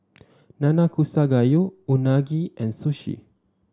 Nanakusa Gayu Unagi and Sushi